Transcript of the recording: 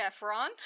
Efron